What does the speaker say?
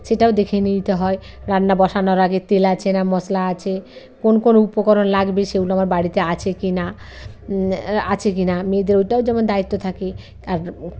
সেটাও দেখে নিতে হয় রান্না বসানোর আগে তেল আছে না মশলা আছে কোন কোন উপকরণ লাগবে সেগুলো আমার বাড়িতে আছে কি না আছে কি না মেয়েদের ওইটাও যেমন দায়িত্ব থাকে আর